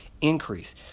increase